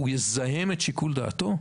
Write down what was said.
הוא יזהם את שיקול דעתו?